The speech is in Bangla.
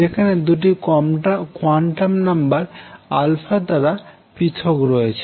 যেখানে দুটি কোয়ান্টাম নাম্বার দ্বারা পৃথক রয়েছে